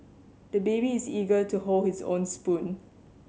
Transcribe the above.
the baby is eager to hold his own spoon